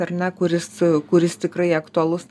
ar ne kuris kuris tikrai aktualus